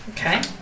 Okay